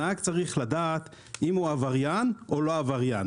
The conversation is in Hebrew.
הנהג צריך לדעת אם הוא עבריין או לא עבריין.